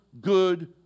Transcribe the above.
good